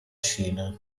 scena